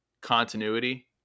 continuity